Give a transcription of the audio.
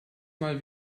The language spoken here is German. mal